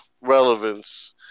relevance